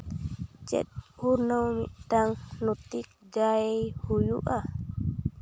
ᱪᱮᱫ ᱩᱨᱜᱟᱹᱱ ᱢᱤᱫᱴᱟᱝ ᱱᱳᱛᱤᱠ ᱡᱟᱭ ᱦᱩᱭᱩᱜᱼᱟ